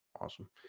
Awesome